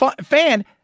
fan